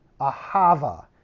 Ahava